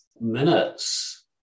minutes